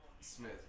Smith